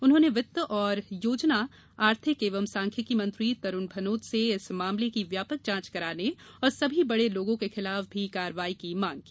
उन्होंने वित्त एवं योजना आर्थिक एवं सांख्यिकी मंत्री तरुण भनोत से इस मामले की व्यापक जांच कराने और सभी बड़े लोगों के खिलाफ भी कार्रवाई की मांग की